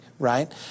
Right